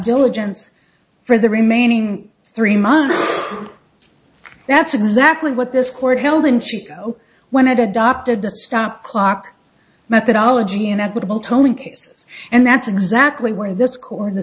diligence for the remaining three months that's exactly what this court held in chicago when it adopted the stop clock methodology inevitable tony cases and that's exactly where the scorn the